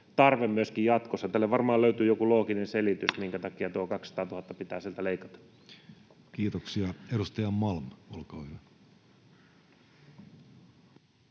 tarve myöskin jatkossa. Tälle varmaan löytyy joku looginen selitys, minkä takia tuo 200 000 pitää sieltä leikata. Kiitoksia. — Edustaja Malm, olkaa hyvä.